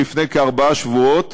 לפני כארבעה שבועות,